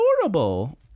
adorable